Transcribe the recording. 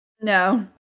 No